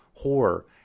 horror